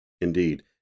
Indeed